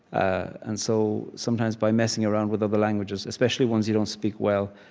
and so sometimes, by messing around with other languages, especially ones you don't speak well,